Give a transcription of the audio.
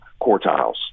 quartiles